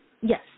Yes